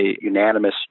unanimous